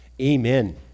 Amen